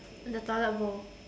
the toilet bowl